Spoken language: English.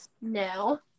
no